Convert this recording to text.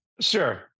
Sure